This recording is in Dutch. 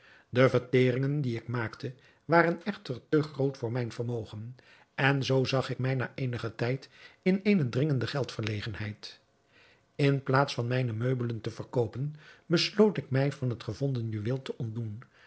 de verteringen die ik maakte waren echter te groot voor mijn vermogen en zoo zag ik mij na eenigen tijd in eene dringende geldverlegenheid in plaats van mijne meubelen te verkoopen besloot ik mij van het gevonden juweel te ontdoen